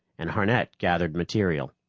and harnett gathered material.